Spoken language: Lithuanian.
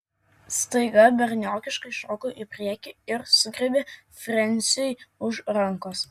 staiga berniokiškai šoko į priekį ir sugriebė frensiui už rankos